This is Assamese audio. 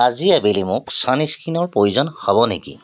আজি আবেলি মোক ছানস্ক্ৰীনৰ প্ৰয়োজন হ'ব নেকি